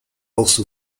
also